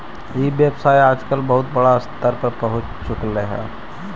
ई व्यवसाय आजकल बहुत बड़ा स्तर पर पहुँच चुकले हइ